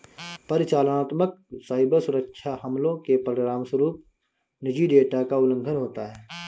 परिचालनात्मक साइबर सुरक्षा हमलों के परिणामस्वरूप निजी डेटा का उल्लंघन होता है